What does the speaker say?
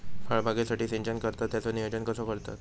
फळबागेसाठी सिंचन करतत त्याचो नियोजन कसो करतत?